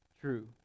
true